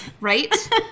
right